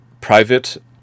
private